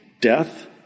death